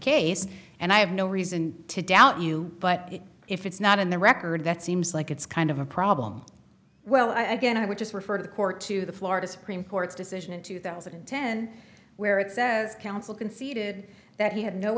case and i have no reason to doubt you but if it's not in the record that seems like it's kind of a problem well i guess i would just refer the court to the florida supreme court's decision in two thousand and ten where it says counsel conceded that he had no